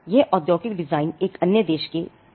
यह औद्योगिक डिजाइन एक अन्य उद्देश्य के लिए है